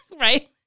right